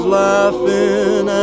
laughing